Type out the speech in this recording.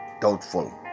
doubtful